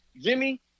Jimmy